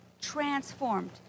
transformed